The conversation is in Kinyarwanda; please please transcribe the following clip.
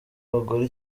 abagore